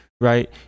right